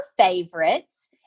favorites